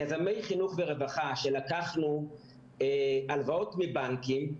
יזמי חינוך ורווחה שלקחנו הלוואות מבנקים,